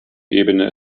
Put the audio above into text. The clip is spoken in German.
ebene